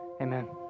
Amen